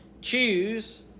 choose